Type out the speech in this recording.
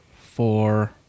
four